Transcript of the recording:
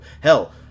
Hell